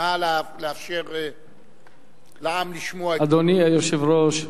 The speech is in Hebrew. נא לאפשר לעם לשמוע אדוני היושב-ראש,